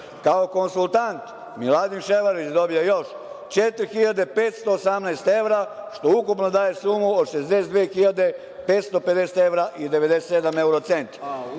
konsultant, Miladin Ševarlić dobija još 4.518 evra što ukupno daje sumu od 62 hiljade 550 evra i 97 evro centa.